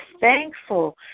thankful